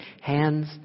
hands